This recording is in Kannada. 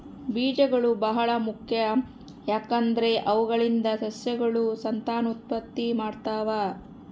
ಬೀಜಗಳು ಬಹಳ ಮುಖ್ಯ, ಯಾಕಂದ್ರೆ ಅವುಗಳಿಂದ ಸಸ್ಯಗಳು ಸಂತಾನೋತ್ಪತ್ತಿ ಮಾಡ್ತಾವ